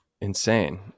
insane